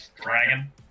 dragon